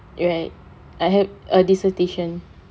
ya I have a dissertation